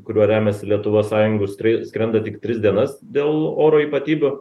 kuriuo remiasi lietuvos sąjungų skrei skrenda tik tris dienas dėl oro ypatybių